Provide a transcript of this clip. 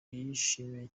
yishimiye